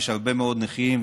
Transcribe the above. יש הרבה מאוד נכים,